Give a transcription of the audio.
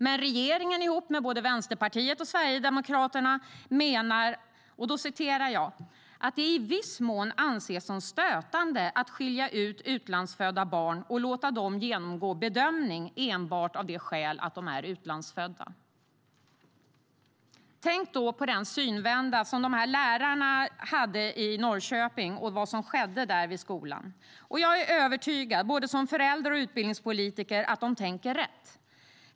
Men regeringen ihop med både Vänsterpartiet och Sverigedemokraterna menar att "det i viss mån anses som stötande att skilja ut utlandsfödda barn och låta dem genomgå bedömning enbart av det skälet att de är utlandsfödda".Tänk då på den synvända som lärarna gjorde och vad som skedde vid skolan i Norrköping! Jag är övertygad, både som förälder och utbildningspolitiker, om att de tänker rätt.